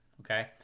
okay